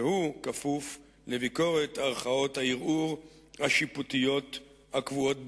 והוא כפוף לביקורת ערכאות הערעור השיפוטיות הקבועות בדין.